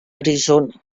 arizona